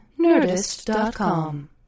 Nerdist.com